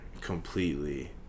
completely